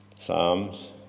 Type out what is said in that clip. Psalms